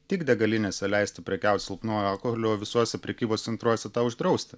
tik degalinėse leisti prekiauti silpnuoju alkoholiu o visuose prekybos centruose tą uždrausti